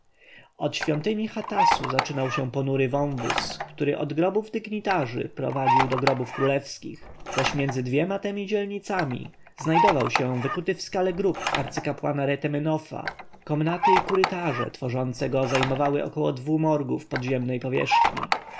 od świątyni hatasu zaczynał się ponury wąwóz który od grobów dygnitarzy prowadził do grobów królewskich zaś między dwiema temi dzielnicami znajduje się wykuty w skale grób arcykapłana retemenofa komnaty i korytarze tworzące go zajmowały około dwu morgów podziemnej powierzchni